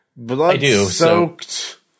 Blood-soaked